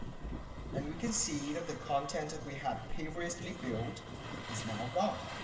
and we can see that the content that we have previously built is now gone